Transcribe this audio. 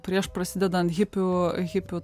prieš prasidedant hipių hipių